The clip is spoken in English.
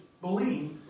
believe